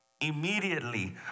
Immediately